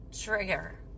trigger